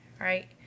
right